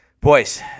Boys